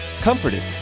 comforted